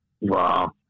Wow